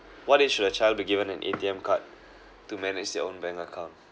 what age should a child be given an A_T_M card to manage his own bank account